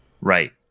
Right